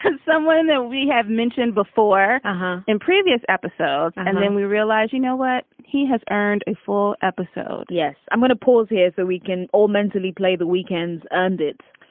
someone that we have mentioned before and in previous episodes. and then we realize, you know what, he has earned a full episode yes. i'm going to pause here so we can all mentally play the weekends. earned it.